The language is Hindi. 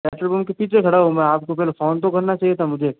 पेट्रोल पंप के पीछे खड़ा हूँ मैं आपको पहले फोन तो करना चाहिए था मुझे